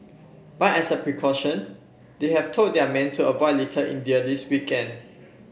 but as a precaution they have told their men to avoid Little India this weekend